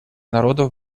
народов